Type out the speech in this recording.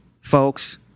folks